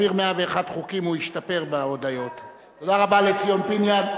תודה רבה לחבר הכנסת ציון פיניאן.